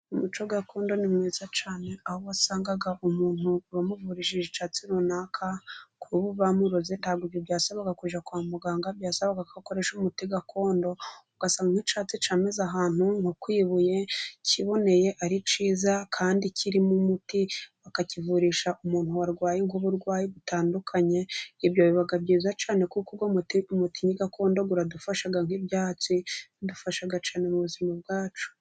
Umuco gakondo ni mwiza cyane, aho wasangaga umuntu wamuvurishije icyatsi runaka bamuroze, ntabwo ibyo byasabaga kujyaja kwa muganga, byasabaga gukoresha umuti gakondo, ugasanga nk'icatsi cyameze ahantu nko kwibuye kiboneye ari cyiza kandi kirimo umuti, bakakivurisha umuntu warwaye ubwo burwayi butandukanye. Ibyo biba byizaza cyane kuko uwo muti ari umuti gakondo, biradufasha nk'ibyatsi bidufasha cyane mu buzima bwacu.